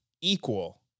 equal